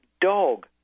dog